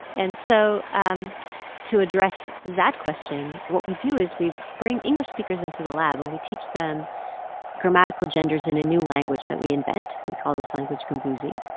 and so um to address that question, what we do is we bring english speakers into the lab, and we teach them grammatical genders in a new language that we invent we call this language gumbuzi.